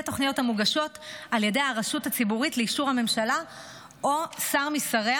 תוכניות המוגשות על ידי הרשות הציבורית לאישור הממשלה או שר משריה